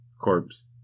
corpse